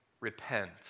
Repent